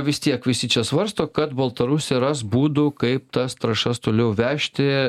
vis tiek visi čia svarsto kad baltarusija ras būdų kaip tas trąšas toliau vežti